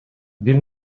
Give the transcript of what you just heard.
бир